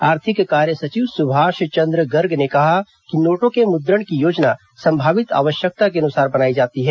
आर्थिक कार्य सचिव सुभाष चन्द्र गर्ग ने कहा कि नोटों के मुद्रण की योजना संभावित आवश्यकता के अनुसार बनाई जाती है